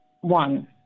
one